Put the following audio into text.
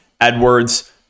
Edwards